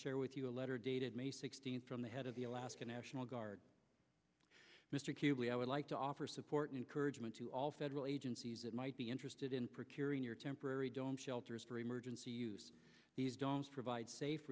share with you a letter dated may sixteenth from the head of the alaska national guard mr kuby i would like to offer support encouragement to all federal agencies that might be interested in particular in your temporary don't shelters for emergency use these dogs provide safe